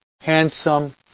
handsome